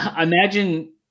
imagine